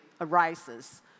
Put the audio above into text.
arises